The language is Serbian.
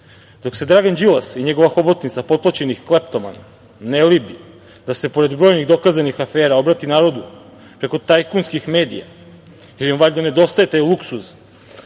Dok se Dragan Đilas i njegova hobotnica potplaćenih kleptomana ne libi da se pored brojnih dokazanih afera obrati narodu preko tajkunskih medija, jer mu valjda nedostaje taj luksuz